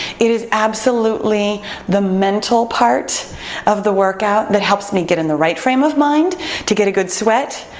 it is absolutely the mental part of the workout that helps me get in the right frame of mind, to get a good sweat,